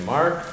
Mark